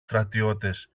στρατιώτες